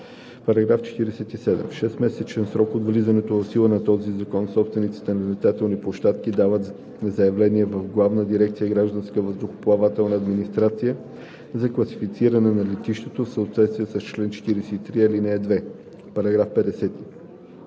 § 47: „§ 47. В 6-месечен срок от влизането в сила на този закон собствениците на летателните площадки подават заявление в Главна дирекция „Гражданска въздухоплавателна администрация“ за класифициране на летището в съответствие с чл. 43, ал.